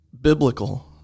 biblical